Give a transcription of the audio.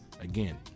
Again